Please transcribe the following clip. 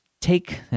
Take